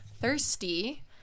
thirsty